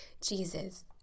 Jesus